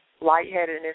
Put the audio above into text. lightheadedness